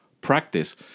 practice